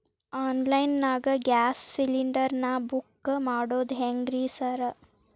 Online ನಾಗ gas cylinder ನಾ book ಮಾಡೋದ್ ಹೆಂಗ್ರಿ ಸಾರ್?